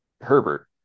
Herbert